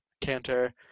canter